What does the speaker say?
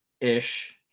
ish